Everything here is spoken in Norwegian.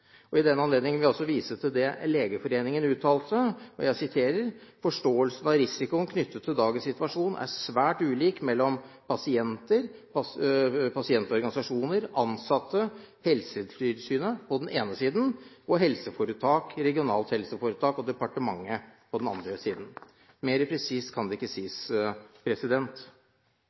I den anledning vil jeg også vise til det som Legeforeningen uttalte: «Forståelsen av risikoen knyttet til dagens situasjon er svært ulik mellom pasienter og pasientorganisasjonene, ansatte, Helsetilsynet på den ene siden, og helseforetak, regionalt helseforetak og departementet på den andre siden.» Mer presist kan det ikke sies.